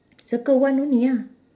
circle one only ah